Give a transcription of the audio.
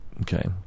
Okay